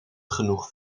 genoeg